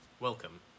Welcome